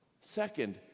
second